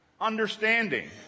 understanding